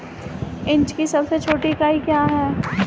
Inch की सबसे छोटी इकाई क्या है?